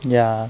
ya